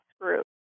group